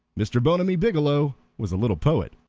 mr. bonamy biggielow was a little poet.